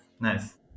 Nice